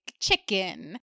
chicken